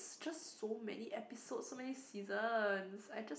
it's just so many episodes so many seasons I just